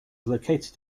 located